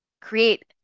create